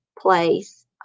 Place